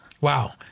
Wow